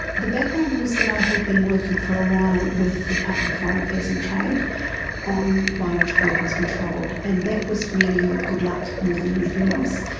the background was that i had been working for a while with the department of foreign affairs and trade on biological weapons control, and that was really good luck more than anything else.